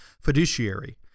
fiduciary